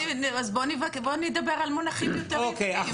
אז בואו נדבר על מונחים יותר יפים.